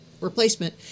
replacement